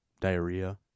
diarrhea